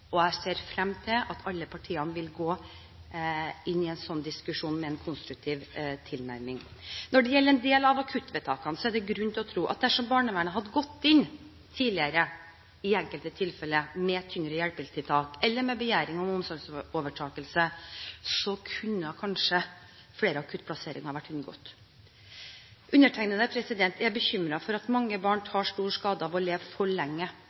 Jeg ser frem til at alle partiene vil gå inn i en sånn diskusjon med en konstruktiv tilnærming. Når det gjelder en del av akuttvedtakene, er det grunn til å tro at dersom barnevernet hadde gått inn tidligere i enkelte tilfeller med tyngre hjelpetiltak eller med begjæring om omsorgsovertakelse, kunne kanskje flere akuttplasseringer ha vært unngått. Undertegnede er bekymret for at mange barn tar stor skade av å leve for lenge